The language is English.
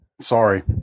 sorry